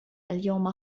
اليوم